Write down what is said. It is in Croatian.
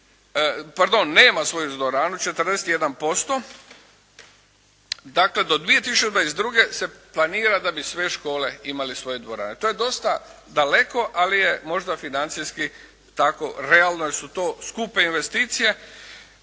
pardon nema svoju dvoranu 41%. Dakle do 2022. se planira da bi sve škole imale svoje dvorane. To je dosta daleko, ali je možda financijski tako realno jer su to skupe investicije.